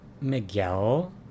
Miguel